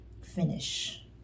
finish